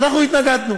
אנחנו התנגדנו.